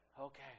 okay